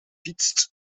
fietst